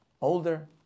older